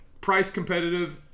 Price-competitive